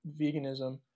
veganism